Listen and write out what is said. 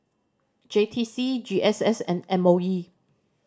J T C G S S and M O E